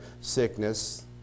sickness